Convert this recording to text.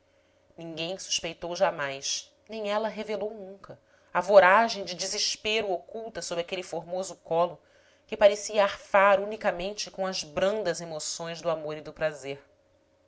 ninguém suspeitou jamais nem ela revelou nunca a voragem de desespero oculta sob aquele formoso colo que parecia arfar unicamente com as brandas emoções do amor e do prazer